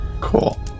cool